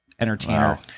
entertainer